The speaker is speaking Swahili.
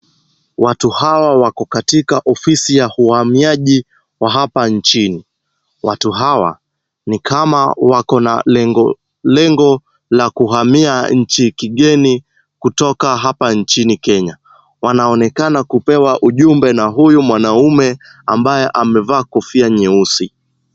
Watu hawa wako katika ofisi ya uhamiaji wa hapa nchini. Watu hawa ni kama wako na lengo, lengo la kuhamia nchi kigeni kutoka hapa nchini Kenya. Wanaonekana kupewa ujumbe na huyu mwanamume, ambaye amevaa kofia nyeusi.